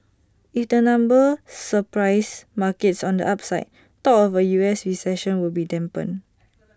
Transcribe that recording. if the numbers surprise markets on the upside talk of A U S recession will be dampened